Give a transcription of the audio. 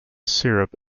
syrup